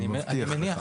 אני מניח.